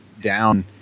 down